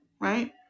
right